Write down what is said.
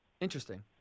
Interesting